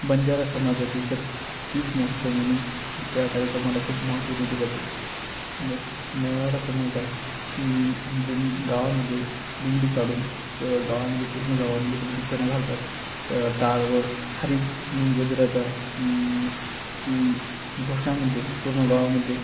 बंजारा समाजाच्या याच्यात तीज महोत्सव म्हणून त्या कार्यक्रमाला खूप महत्त्व दिलं जाते द मराठा समुदाय दिं गावामध्ये दिंडी काढून गावामध्ये पूर्ण गावामध्ये प्रदक्षिणा घालतात ट टाळ व हरी गजराच्या घोषामध्ये पूर्ण गावामध्ये